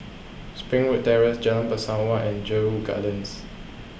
Springwood Terrace Jalan Bangsawan and Jedburgh Gardens